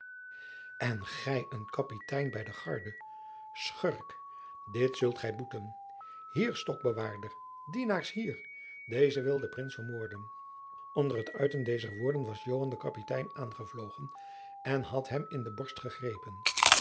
en gij een kapitein bij de guarde schurk dit zult gij boeten hier stokbewaarder dienaars hier deze wil den prins vermoorden onder het uiten dezer woorden was joan den kapitein aangevlogen en had hem in de borst gegrepen